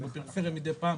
בפריפריה מדי פעם